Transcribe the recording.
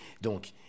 Donc